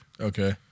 Okay